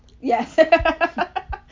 Yes